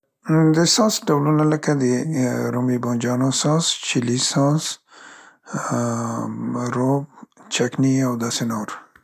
د ساس ډولنه لکه د رومي بانجانو ساس، چیلي ساس، ا ا، رب، چکني او داسې نور.